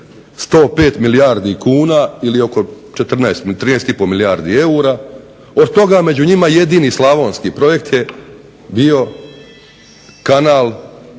105 milijardi kuna ili oko 13,5 milijardi eura. Od toga među njima jedini slavonski projekt je bio kanal